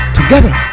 together